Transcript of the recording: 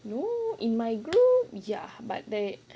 no in my group ya but there